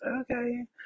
okay